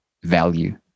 value